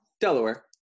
Delaware